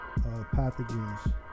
pathogens